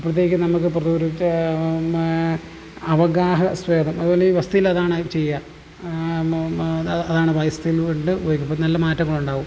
അപ്പോഴത്തേക്കും നമുക്ക് അവഗാഹസ്വേതം അതുപോലെ ഈ വസ്തിലതാണ് ചെയ്യുക അതാണ് വസ്തിയിൽ വരുമ്പം നല്ല മാറ്റങ്ങളുണ്ടാവും